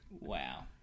Wow